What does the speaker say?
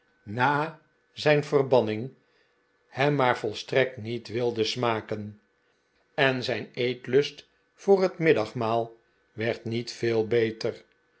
na zijn verbanning hem maar volstrekt niet wilde smaken en zijn eetlust voor het middagsspi tom begeeft zich naar londen maal werd niet veel beter